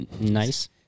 Nice